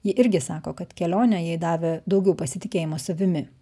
ji irgi sako kad kelionė jai davė daugiau pasitikėjimo savimi